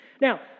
Now